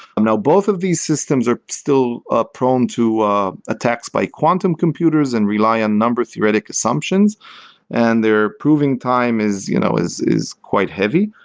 now, both of these systems are still ah prone to attacks by quantum computers and rely on number theoretic assumptions and their approving time is you know is quite heavy.